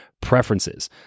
preferences